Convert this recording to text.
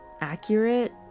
accurate